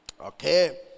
Okay